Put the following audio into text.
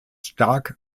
stark